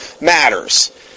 matters